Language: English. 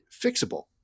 fixable